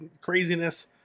craziness